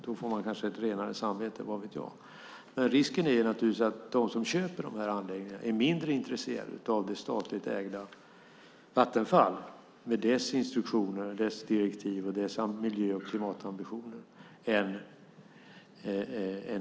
Då får man kanske ett renare samvete, vad vet jag? Risken är dock att köparna, alltså de nya ägarna, är mindre intresserade av miljö och klimat än statligt ägda Vattenfall med dess instruktioner, direktiv och miljö och klimatambitioner.